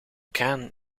kraan